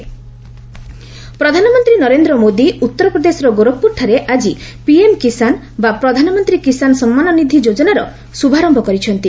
PM ଗୋରଖପ୍ରର ପ୍ରଧାନମନ୍ତ୍ରୀ ନରେନ୍ଦ୍ ମୋଦି ଉତ୍ତରପ୍ରଦେଶର ଗୋରଖପ୍ରରଠାରେ ଆଜି ପିଏମ୍ କିଷାନ ବା ପ୍ରଧାନମନ୍ତ୍ରୀ କିଷାନ ସମ୍ମାନ ନିଧି ଯୋକ୍ତନାର ଶ୍ରଭାରମ୍ଭ କରିଛନ୍ତି